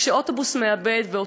וכשאוטובוס מאבד שליטה,